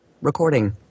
recording